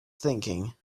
thinking